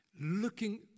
looking